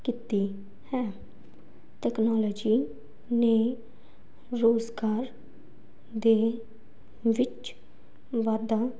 ਕੀਤੀ ਹੈ ਟੈਕਨੋਲੋਜੀ ਨੇ ਰੁਜ਼ਗਾਰ ਦੇ ਵਿੱਚ ਵਾਧਾ